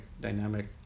dynamic